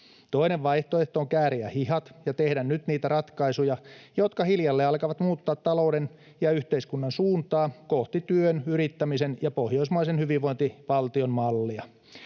Toinen vaihtoehto on kääriä hihat ja tehdä nyt niitä ratkaisuja, jotka hiljalleen alkavat muuttaa talouden ja yhteiskunnan suuntaa kohti työn, yrittämisen ja pohjoismaisen hyvinvointivaltion mallia.